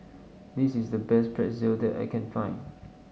this is the best Pretzel that I can find